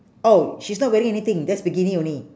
oh she's not wearing anything just bikini only